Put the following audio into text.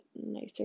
nicer